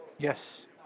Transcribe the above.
Yes